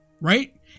right